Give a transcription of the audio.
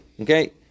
Okay